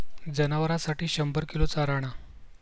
जनावरांसाठी शंभर किलो चारा आणा